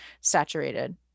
saturated